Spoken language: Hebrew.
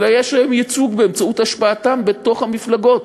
אלא יש להן ייצוג באמצעות השפעתן בתוך המפלגות.